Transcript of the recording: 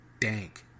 dank